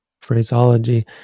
phraseology